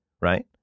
right